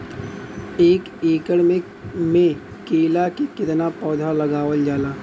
एक एकड़ में केला के कितना पौधा लगावल जाला?